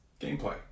gameplay